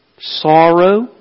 sorrow